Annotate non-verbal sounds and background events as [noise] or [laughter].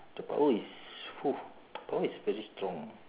the power is [noise] [noise] power is very strong